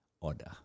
order